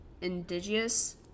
indigenous